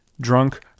drunk